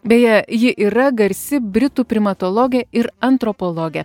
beje ji yra garsi britų primatologė ir antropologė